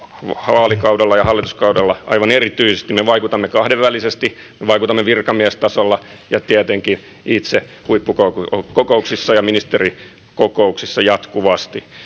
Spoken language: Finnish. vaalikaudella ja hallituskaudella aivan erityisesti me vaikutamme kahdenvälisesti me vaikutamme virkamiestasolla ja tietenkin itse huippukokouksissa ja ministerikokouksissa jatkuvasti